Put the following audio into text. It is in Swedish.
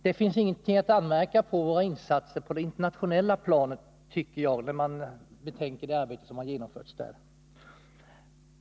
Det finns ingenting att anmärka på våra insatser på det internationella planet, om man betänker det arbete som har genomförts där.